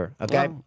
Okay